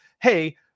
hey